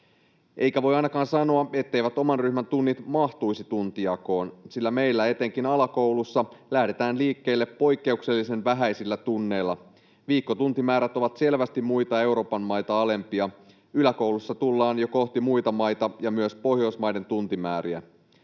Eikä voi ainakaan sanoa, etteivät oman ryhmän tunnit mahtuisi tuntijakoon, sillä meillä etenkin alakoulussa lähdetään liikkeelle poikkeuksellisen vähäisillä tunneilla. Viikkotuntimäärät ovat selvästi muita Euroopan maita alempia. Yläkoulussa tullaan jo kohti muita maita ja myös Pohjoismaiden tuntimääriä.